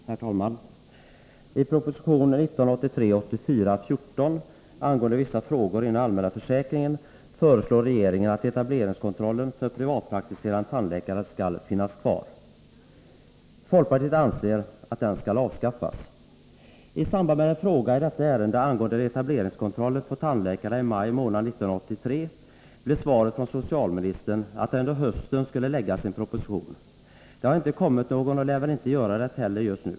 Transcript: Herr talman! I proposition 1983/84:14 angående vissa frågor inom den allmänna försäkringen föreslår regeringen att etableringskontrollen för privatpraktiserande tandläkare skall finnas kvar. Folkpartiet anser att den skall avskaffas. tandläkare blev svaret från socialministern att det under hösten skulle läggas fram en proposition. Det har inte kommit någon och lär väl inte göra det heller just nu.